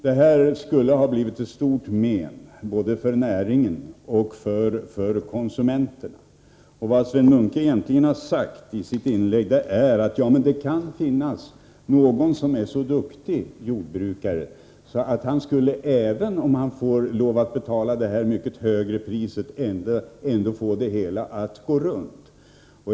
Detta skulle ha blivit till stort men både för näringen och för konsumenterna. Vad Sven Munke egentligen har sagt i sitt inlägg är: Det kan finnas någon som är så duktig jordbrukare att han — även om han skulle få betala det mycket högre priset — skulle få det hela att gå runt.